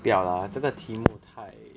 不要 lah 这个题目太